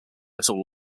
little